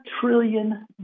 trillion